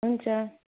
हुन्छ